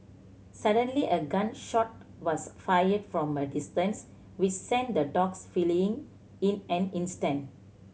suddenly a gun shot was fired from a distance which sent the dogs fleeing in an instant